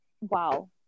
wow